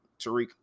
Tariq